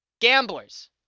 Gamblers